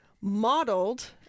modeled